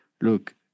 Look